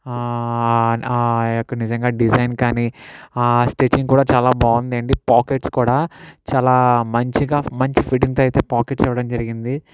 ఆ యొక్క నిజంగా డిజైన్కానీ స్టిచ్చింగ్ కూడా చాలా బాగుందండి పాకెట్స్ కూడా చాలా మంచిగా మంచి ఫిట్టింగ్తో అయితే పాకెట్స్ ఇవ్వడం జరిగింది